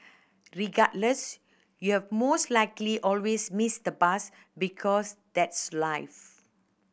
regardless you've most likely always miss the bus because that's life